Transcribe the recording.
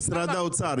-- משרד האוצר,